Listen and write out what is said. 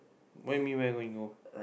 what you mean where you going go